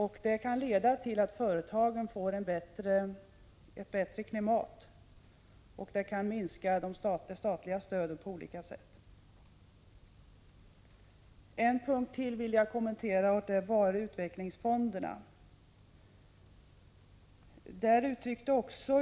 Det kan leda till att företagen får ett bättre klimat, och det kan minska det statliga stödet på olika sätt. En punkt till vill jag kommentera, och den gäller utvecklingsfonderna.